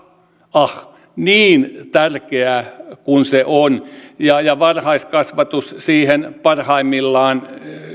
niin tärkeää kuin se on varhaiskasvatus siihen parhaimmillaan